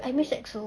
I miss exo